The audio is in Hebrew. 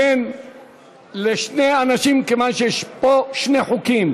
אתן לשני אנשים, כיוון שיש פה שני חוקים.